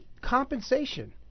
compensation